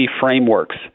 frameworks